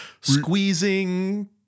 squeezing